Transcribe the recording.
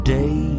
day